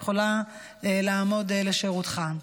והיא יכולה לעמוד לשירותך.